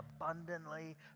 abundantly